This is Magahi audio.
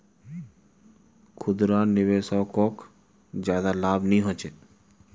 खुदरा निवेशाकोक ज्यादा लाभ नि होचे